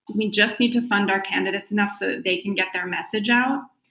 we just need to fund our candidates enough so that they can get their message out,